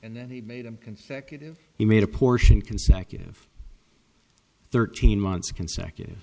and then he made a consecutive he made a portion consecutive thirteen months consecutive